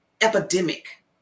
epidemic